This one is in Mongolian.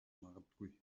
магадгүй